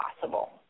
possible